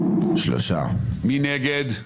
מי נגד?